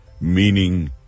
meaning